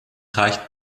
reicht